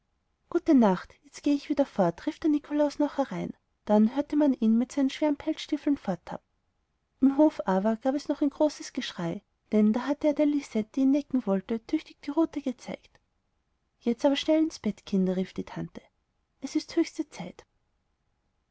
gute nacht jetzt gehe ich wieder fort rief der nikolaus noch herein dann hörte man ihn mit seinen schweren pelzstiefeln forttappen im hof aber gab es noch ein großes geschrei denn da hatte er der lisette die ihn necken wollte tüchtig die rute gezeigt jetzt aber schnell ins bett kinder rief die tante es ist die höchste zeit